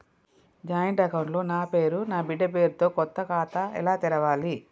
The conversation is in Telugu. జాయింట్ అకౌంట్ లో నా పేరు నా బిడ్డే పేరు తో కొత్త ఖాతా ఎలా తెరవాలి?